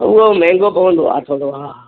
उअ महांगो पवंदो आहे थोरो हा हा